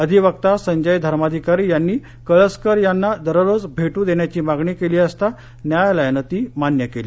अधिवक्ता संजय धर्माधिकारी यांनी कळसकर यांना दररोज भेटू देण्याची मागणी केली असता न्यायालयाने ती मान्य केली